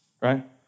right